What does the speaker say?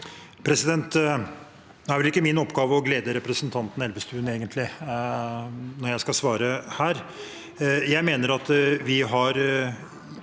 er det vel egentlig ikke min oppgave å glede representanten Elvestuen når jeg skal svare her. Jeg mener vi har